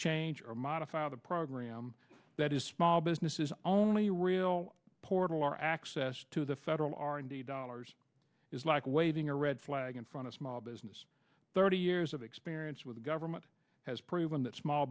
change or modify the program that is small businesses only real portal or access to the federal r and d dollars is like waving a red flag in front of small business thirty years of experience with the government has proven that small